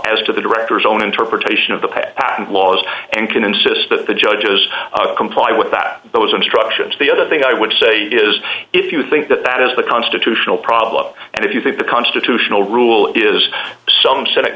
as to the director's own interpretation of the patent laws and can insist that the judge is comply with that those instructions the other thing i would say is if you think that that is the constitutional problem and if you think the constitutional rule is some senate